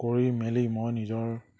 কৰি মেলি মই নিজৰ